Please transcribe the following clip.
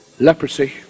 Leprosy